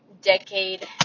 decade